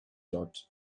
dot